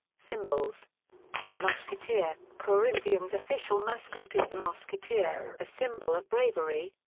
symbols musketeer corinthians' official mascot is the musketeer, a symbol of bravery,